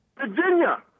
Virginia